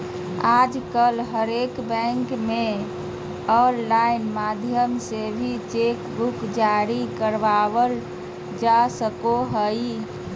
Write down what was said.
आजकल हरेक बैंक मे आनलाइन माध्यम से भी चेक बुक जारी करबावल जा सको हय